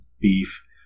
beef